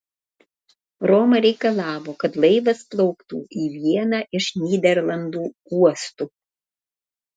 roma reikalavo kad laivas plauktų į vieną iš nyderlandų uostų